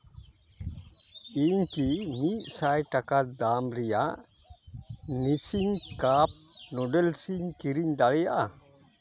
ᱤᱧ ᱠᱤ ᱢᱤᱫᱥᱟᱭ ᱴᱟᱠᱟ ᱫᱟᱢ ᱨᱮᱭᱟᱜ ᱱᱤᱥᱤᱱ ᱠᱟᱯ ᱱᱩᱰᱩᱞᱥ ᱤᱧ ᱠᱤᱨᱤᱧ ᱫᱟᱲᱮᱭᱟᱜᱼᱟ